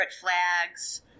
flags